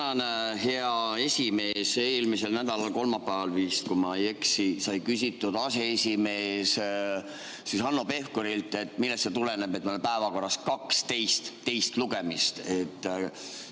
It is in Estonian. Tänan, hea esimees! Eelmise nädala kolmapäeval vist, kui ma ei eksi, sai küsitud aseesimees Hanno Pevkurilt, millest see tuleneb, et meil on päevakorras 12 teist lugemist,